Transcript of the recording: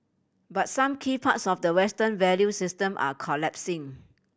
but some key parts of the Western value system are collapsing